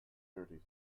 thirty